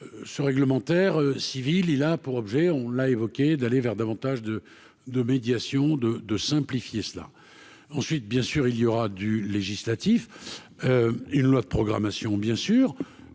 ce réglementaire civil, il a pour objet, on l'a évoqué, d'aller vers davantage de de médiation de de simplifier cela ensuite, bien sûr, il y aura du législatif, une loi de programmation : bien sûr,